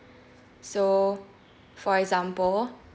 so for example